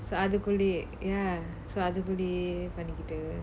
அதுக்குள்ளயே:athukullayae ya so அதுகூடயே பண்ணிட்டு:athukudayae pannittu